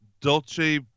Dolce